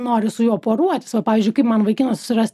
noriu su juo poruotis o pavyzdžiui kaip man vaikiną surast